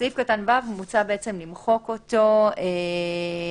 מוצע למחוק את סעיף קטן (ו).